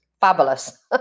fabulous